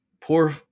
poor